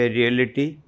reality